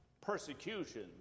persecution